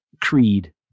creed